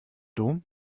dom